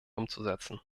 umzusetzen